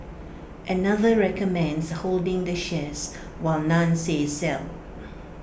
another recommends holding the shares while none says sell